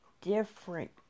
different